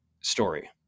story